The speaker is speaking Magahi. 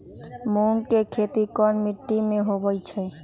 मूँग के खेती कौन मीटी मे होईछ?